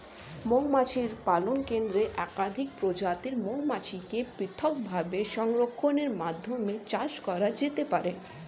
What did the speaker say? মৌমাছি পালন কেন্দ্রে একাধিক প্রজাতির মৌমাছিকে পৃথকভাবে সংরক্ষণের মাধ্যমে চাষ করা যেতে পারে